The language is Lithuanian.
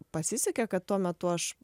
pasisekė kad tuo metu aš